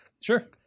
Sure